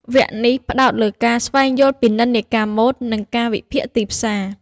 វគ្គនេះផ្តោតលើការ ស្វែងយល់ពីនិន្នាការម៉ូដ និងការវិភាគទីផ្សារ។